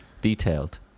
detailed